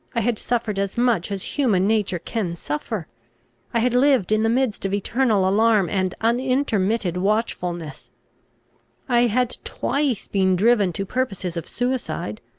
i had suffered as much as human nature can suffer i had lived in the midst of eternal alarm and unintermitted watchfulness i had twice been driven to purposes of suicide.